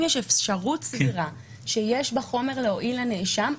יש אפשרות סבירה שיש בחומר להועיל לנאשם,